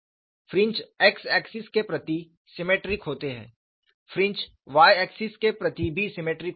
fringe x axis के प्रति symmetric होते हैं फ्रिन्ज y एक्सिस के प्रति भी सीमेट्रिक होते हैं